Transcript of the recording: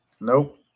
nope